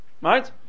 right